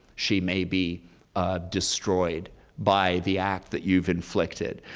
she may be destroyed by the act that you've inflicted?